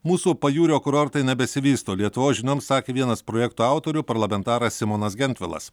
mūsų pajūrio kurortai nebesivysto lietuvos žinioms sakė vienas projekto autorių parlamentaras simonas gentvilas